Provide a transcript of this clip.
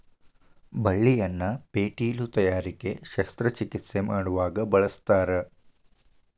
ಬಳ್ಳಿಯನ್ನ ಪೇಟಿಲು ತಯಾರಿಕೆ ಶಸ್ತ್ರ ಚಿಕಿತ್ಸೆ ಮಾಡುವಾಗ ಬಳಸ್ತಾರ